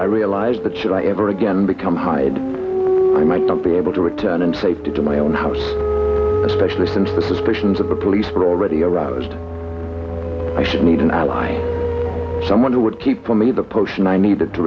i realized that should i ever again become hide i might not be able to return in safety to my own house especially since the suspicions of the police were already aroused i should need an ally someone who would keep for me the person i needed to